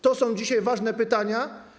To są dzisiaj ważne pytania.